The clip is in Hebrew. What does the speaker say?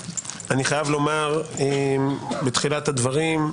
אני חייב לומר בתחילת הדברים,